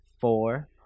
four